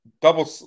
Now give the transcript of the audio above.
double